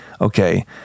okay